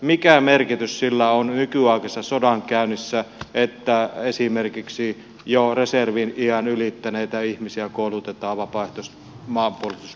mikä merkitys on nykyaikaisessa sodankäynnissä sillä että esimerkiksi jo reservin iän ylittäneitä ihmisiä koulutetaan vapaaehtoiseen maanpuolustustoimintaan